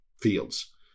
fields